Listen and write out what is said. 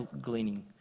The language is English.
gleaning